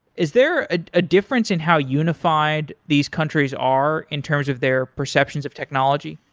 is there a ah difference in how unified these countries are in terms of their perceptions of technology?